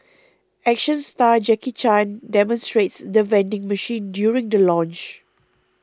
action star Jackie Chan demonstrates the vending machine during the launch